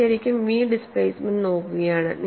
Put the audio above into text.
നിങ്ങൾ ശരിക്കും V displacement നോക്കുകയാണ്